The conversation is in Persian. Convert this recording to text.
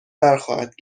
برخواهد